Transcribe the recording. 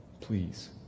please